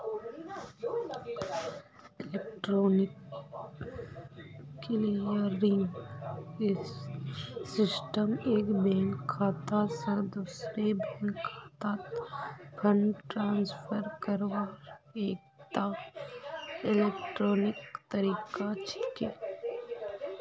electronic clearing system एक bank खाता स दूसरे बैंक खातात फंड ट्रांसफर करवार एकता इलेक्ट्रॉनिक तरीका छिके